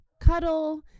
cuddle